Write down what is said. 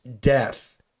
death